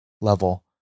level